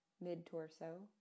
Mid-torso